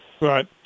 Right